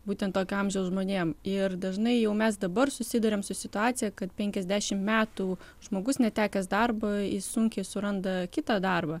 būtent tokio amžiaus žmonėm ir dažnai jau mes dabar susiduriam su situacija kad penkiasdešimt metų žmogus netekęs darbo jis sunkiai suranda kitą darbą